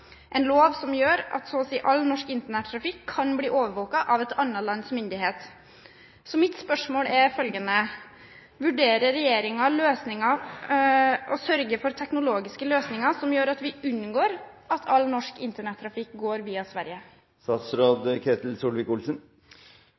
en lov som gjør at så å si all norsk internettrafikk kan bli overvåket av et annet lands myndighet. Så mitt spørsmål er følgende: Vurderer regjeringen å sørge for teknologiske løsninger som gjør at vi unngår at all norsk internettrafikk går via Sverige?